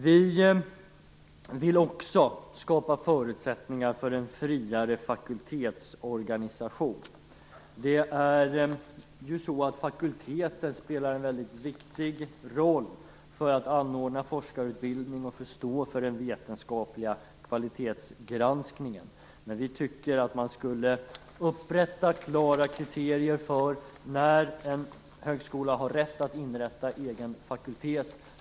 Vi vill också skapa förutsättningar för en friare fakultetsorganisation. Fakulteterna spelar en mycket viktig roll för att anordna forskarutbildning och stå för den vetenskapliga kvalitetsgranskningen. Vi tycker att man skulle upprätta klara kriterier för när en högskola har rätt att inrätta egen fakultet.